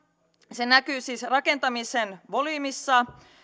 se näkyy siis rakentamisen volyymissa